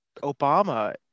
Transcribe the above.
Obama